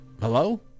Hello